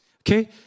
Okay